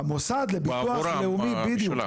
המוסד לביטוח לאומי, בדיוק.